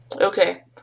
Okay